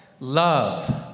love